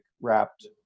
wrapped